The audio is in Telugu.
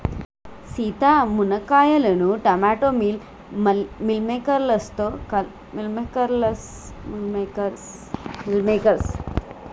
సీత మునక్కాయలను టమోటా మిల్ మిల్లిమేకేర్స్ లతో కలిపి కూరని వండుతారు